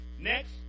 Next